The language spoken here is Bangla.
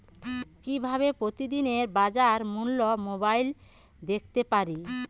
কিভাবে প্রতিদিনের বাজার মূল্য মোবাইলে দেখতে পারি?